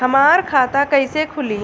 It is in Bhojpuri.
हमार खाता कईसे खुली?